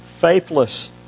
faithless